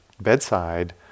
bedside